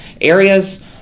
areas